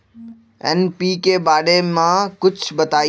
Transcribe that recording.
NPK बारे म कुछ बताई?